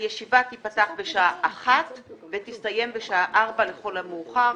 הישיבה תיפתח בשעה 13:00 ותסתיים בשעה 16:00 לכל המאוחר,